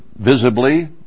visibly